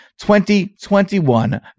2021